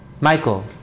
Michael